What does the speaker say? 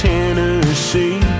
Tennessee